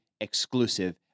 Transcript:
exclusive